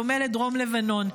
בדומה לדרום לבנון.